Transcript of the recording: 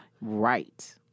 Right